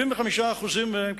75% מהם,